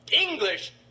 English